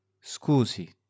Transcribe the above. scusi